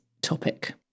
topic